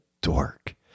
dork